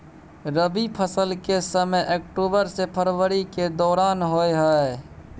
रबी फसल के समय अक्टूबर से फरवरी के दौरान होय हय